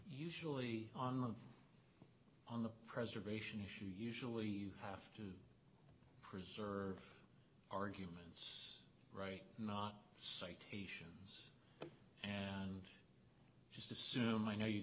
usually on the on the preservation issue usually have to preserve arguments right not citation and just assume i know you